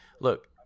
look